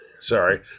Sorry